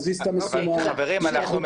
זה לא